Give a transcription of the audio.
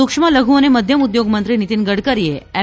સુક્ષ્મ લઘુ અને મધ્યમ ઉદ્યોગ મંત્રી નીતીન ગડકરીએ એમ